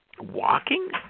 Walking